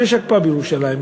ויש הקפאה בירושלים,